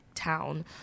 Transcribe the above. town